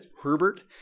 Herbert